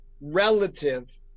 relative